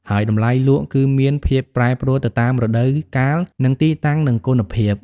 ហើយតម្លៃលក់គឺមានភាពប្រែប្រួលទៅតាមរដូវកាល និងទីតាំង និងគុណភាព។